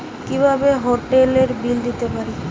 কিভাবে হোটেলের বিল দিতে পারি?